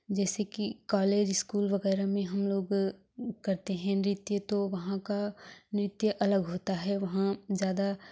जैसे कि college school वगैरह में हम लोग करते हैं नृत्य तो वहाँ का नृत्य अलग होता है वहाँ ज्यादा